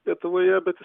lietuvoje bet jis